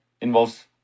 involves